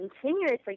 continuously